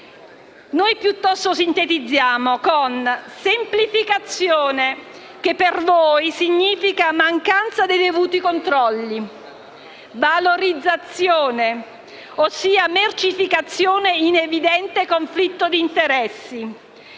noi piuttosto sintetizziamo con semplificazione (che per voi significa mancanza dei dovuti controlli), valorizzazione (ossia mercificazione in evidente conflitto d'interessi),